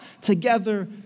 together